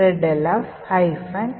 readelf S